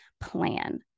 plan